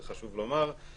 זה חשוב לומר.